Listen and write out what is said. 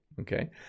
okay